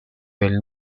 del